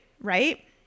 right